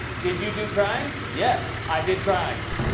did you do crimes? yes. i did crimes.